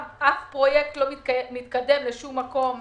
אף פרויקט לא מתקדם לשום מקום.